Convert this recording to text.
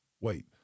Wait